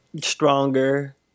stronger